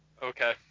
Okay